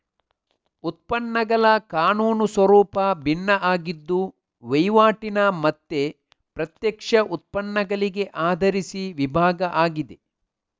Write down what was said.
ಉತ್ಪನ್ನಗಳ ಕಾನೂನು ಸ್ವರೂಪ ಭಿನ್ನ ಆಗಿದ್ದು ವೈವಾಟಿನ ಮತ್ತೆ ಪ್ರತ್ಯಕ್ಷ ಉತ್ಪನ್ನಗಳಿಗೆ ಆಧರಿಸಿ ವಿಭಾಗ ಆಗಿದೆ